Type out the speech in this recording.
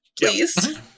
Please